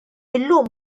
illum